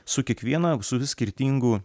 su kiekviena su vis skirtingu